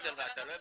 אתה לא הבנת.